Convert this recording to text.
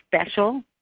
special